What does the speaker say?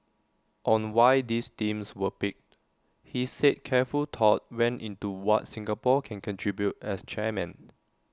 on why these themes were picked he said careful thought went into what Singapore can contribute as chairman